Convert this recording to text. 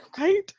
Right